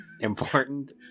important